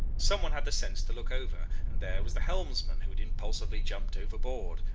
someone had the sense to look over, and there was the helmsman, who had impulsively jumped overboard,